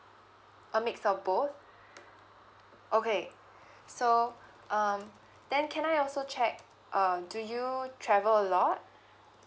a mix of both okay so um then can I also check uh do you travel a lot